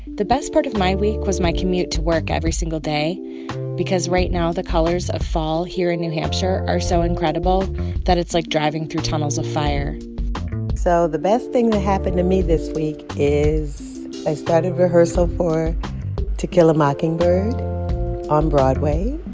the best part of my week was my commute to work every single day because right now the colors of fall here in new hampshire are so incredible that it's like driving through tunnels of fire so the best thing that happened to me this week is i started rehearsal for to kill a mockingbird on broadway.